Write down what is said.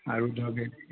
আৰু ধৰক এইখিনিত